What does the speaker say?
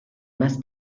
más